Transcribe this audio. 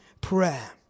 prayer